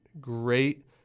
great